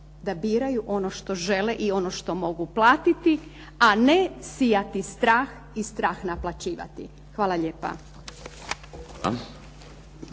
da biraju ono što žele i ono što mogu platiti, a ne sijati strah i strah naplaćivati. Hvala lijepa.